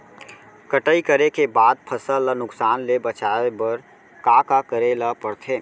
कटाई करे के बाद फसल ल नुकसान ले बचाये बर का का करे ल पड़थे?